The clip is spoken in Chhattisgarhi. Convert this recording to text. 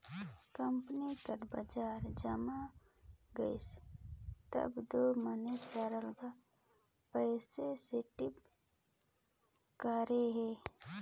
कंपनी कर बजार जइम गइस तब दो मइनसे सरलग पइसा सोंटबे करही